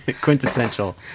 Quintessential